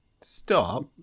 Stop